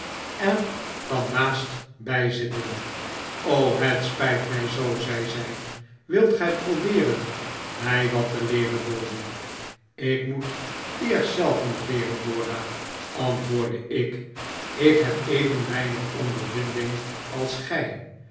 en kwam naast bij zitten het spijt mij zoo zei zij wilt gij probeeren mij wat te leeren doady ik moet eerst zelf nog leeren dora antwoordde ik ik heb even weinig ondervinding als gij